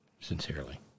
Sincerely